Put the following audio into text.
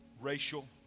racial